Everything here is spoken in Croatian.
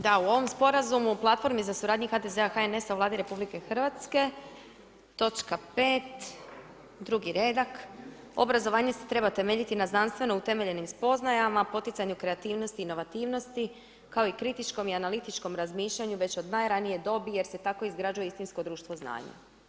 Da, u ovom sporazumu u platformi za suradnji HDZ-a-HNS-a u Vladi RH točka 5. drugi redak, „Obrazovanje se treba temeljiti na znanstveno utemeljenim spoznajama, poticanju kreativnosti, inovativnosti, kao i kritičkom i analitičkom razmišljanju već od najranije dobi jer se tako izgrađuje istinsko društvo znanja“